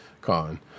con